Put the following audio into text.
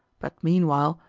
but, meanwhile,